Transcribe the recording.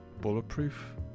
bulletproof